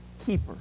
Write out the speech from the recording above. keeper